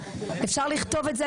אפשר לכתוב את זה,